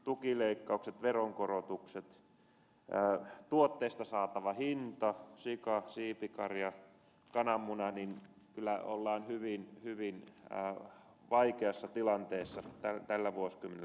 tukileikkaukset veronkorotukset tuotteista saatava hinta sika siipikarja kananmuna kyllä ollaan hyvin hyvin vaikeassa tilanteessa tällä vuosikymmenellä